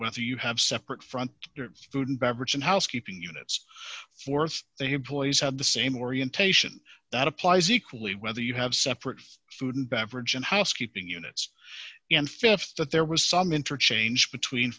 whether you have separate front food and beverage and housekeeping units floors they have ploys had the same orientation that applies equally whether you have separate food and beverage and housekeeping units and th that there was some interchange between